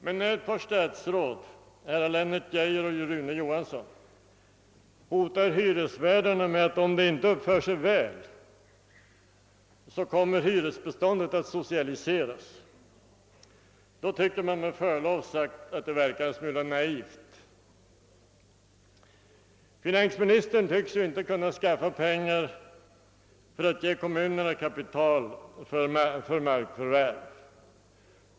Men när ett par statsråd — herrar Lennart Geijer och Rune Johansson — hotar hyresvärdarna med att om de inte uppför sig väl, så kommer hyresbeståndet att socialiseras, tycker man med förlov sagt att det verkar en smula naivt. Finansministern tycks inte kunna skaffa pengar för att ge kommunerna kapital för markförvärv.